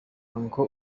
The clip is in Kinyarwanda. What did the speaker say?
uncle